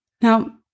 Now